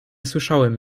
słyszałem